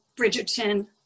bridgerton